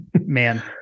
Man